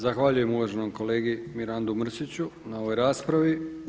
Zahvaljujem uvaženom kolegi Mirandu Mrsiću na ovoj raspravi.